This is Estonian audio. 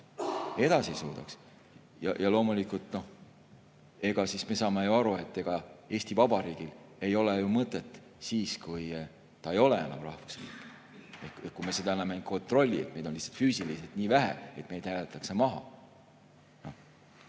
edasi suudaks. Loomulikult, me saame ju aru, et ega Eesti Vabariigil ei ole ju mõtet siis, kui ta ei ole enam rahvusriik, kui me seda enam ei kontrolli, sest meid on lihtsalt füüsiliselt nii vähe, et meid hääletatakse maha.